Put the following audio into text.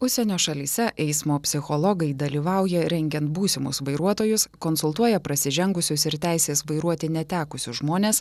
užsienio šalyse eismo psichologai dalyvauja rengiant būsimus vairuotojus konsultuoja prasižengusius ir teisės vairuoti netekusius žmones